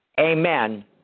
Amen